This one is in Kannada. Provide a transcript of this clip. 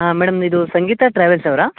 ಹಾಂ ಮೇಡಮ್ ಇದು ಸಂಗೀತ ಟ್ರಾವೆಲ್ಸ್ ಅವರಾ